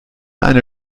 eine